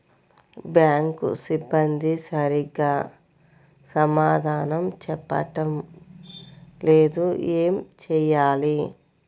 Bank సిబ్బంది సరిగ్గా సమాధానం చెప్పటం లేదు ఏం చెయ్యాలి?